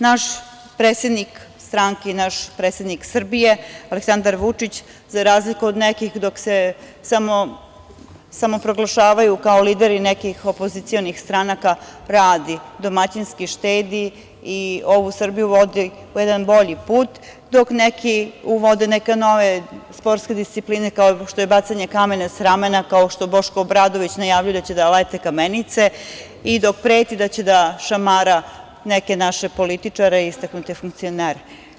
Naš predsednik stranke i naš predsednik Srbije, Aleksandar Vučić, za razliku od nekih dok se samo proglašavaju kao lideri nekih opozicionih stranaka radi, domaćinski štedi i ovu Srbiju vodi u jedan bolji put, dok neki uvode neke nove sportske discipline kao što je bacanje kamena sa ramena, kao što je Boško Obradović najavio da će da lete kamenice, i dok preti da će da šamara neke naše političare, istaknute funkcionere.